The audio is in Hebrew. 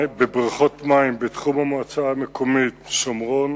אנחנו עוברים לשאילתות לסגן שר הביטחון.